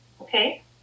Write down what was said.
okay